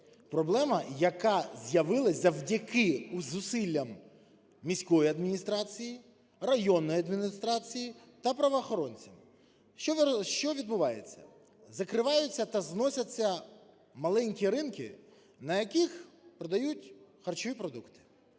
проблема, яка з'явилася завдяки зусиллям міської адміністрації, районної адміністрації та правоохоронців. Що відбувається? Закриваються та зносяться маленькі ринки, на яких продають харчові продукти,